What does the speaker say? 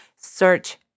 search